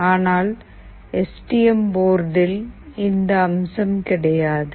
ஆனால் S T M போர்டில் இந்த அம்சம் கிடையாது